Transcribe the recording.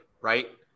right